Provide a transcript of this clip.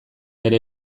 ere